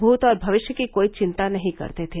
भूत और भविष्य की कोई चिन्ता नहीं करते थे